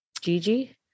Gigi